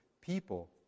people